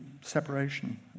separation